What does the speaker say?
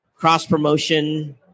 cross-promotion